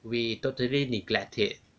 we totally neglect it